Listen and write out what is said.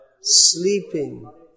sleeping